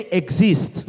exist